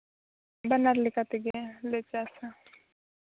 ᱵᱟᱱᱟᱨ ᱞᱮᱠᱟ ᱛᱮᱜᱮ ᱞᱮ ᱪᱟᱥᱼᱟ